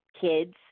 kids